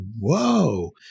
whoa